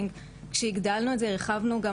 כך שבאמת זו תופעה מאוד נפוצה.